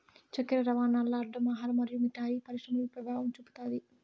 చక్కర రవాణాల్ల అడ్డం ఆహార మరియు మిఠాయి పరిశ్రమపై పెభావం చూపుతాది